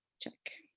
check.